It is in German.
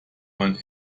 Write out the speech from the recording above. man